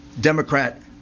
Democrat